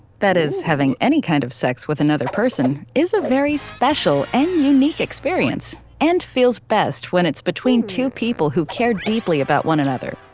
that is having any kind of sex with another person, is a very special and unique experience and feels best when it's between two people who care deeply about one another.